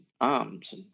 arms